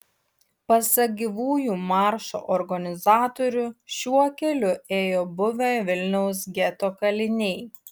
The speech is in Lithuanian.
pasak gyvųjų maršo organizatorių šiuo keliu ėjo buvę vilniaus geto kaliniai